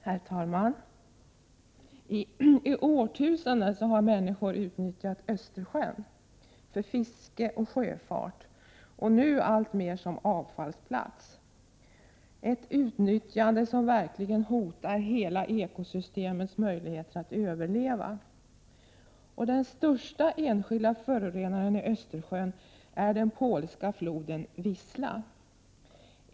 Herr talman! I årtusenden har människor utnyttjat Östersjön, för fiske och för sjöfart och nu alltmer även som avfallsplats — ett utnyttjande som verkligen hotar hela ekosystemets möjligheter att överleva. Den största enskilda förorenaren i Östersjön är den polska floden Wisla.